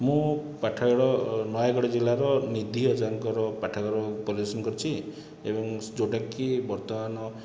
ମୁଁ ପାଠାଗାର ନୟାଗଡ଼ ଜିଲ୍ଲାର ନିଧି ଅଜାଙ୍କର ପାଠାଗାର ପରିଦର୍ଶନ କରିଛି ଏବଂ ଯେଉଁଟାକି ବର୍ତ୍ତମାନ